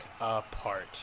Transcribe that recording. apart